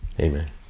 Amen